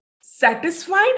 satisfied